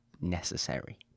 necessary